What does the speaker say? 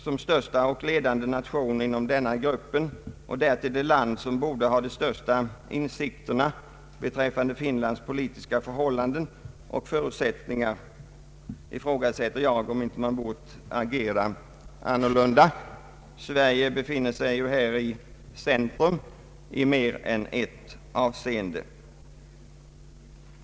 Som största och ledande stat inom denna grupp, och därtill det land som borde ha de största insikterna beträffande Finlands politiska förhållande och förutsättningar, ifrågasätter jag om vårt land inte bort agera annorlunda. Sverige befinner sig här i centrum i mer än ett avseende.